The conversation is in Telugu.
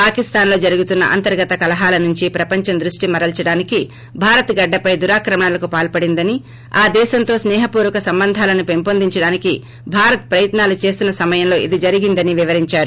పాకిస్థాన్ లో జరుగుతున్న అంతర్గత కలహాల నుంచి ప్రపంచం దృష్టి మరల్చడానికి భారత గడ్డపై దురాక్రమణలకు పాల్పడిందని ఆ దేశంతో స్సే హపూర్వక సంబంధాలను పెంపొందించడానికి భారత్ ప్రయత్నాలు చేస్తున్న సమయంలో ఇది జరిగిందని వివరించారు